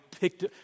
picked